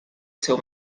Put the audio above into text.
seu